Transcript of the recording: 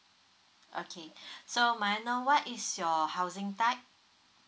okay so may I know what is your housing type